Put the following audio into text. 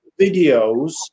videos